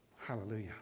Hallelujah